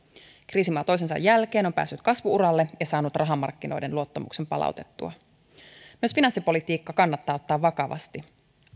kriisimaa toisensa jälkeen on päässyt kasvu uralle ja saanut rahamarkkinoiden luottamuksen palautettua myös finanssipolitiikka kannattaa ottaa vakavasti